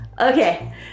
Okay